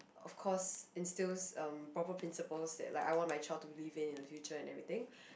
of course instills um proper principals that like I want my child to believe in in the future and everything